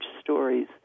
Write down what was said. stories